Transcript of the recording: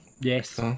Yes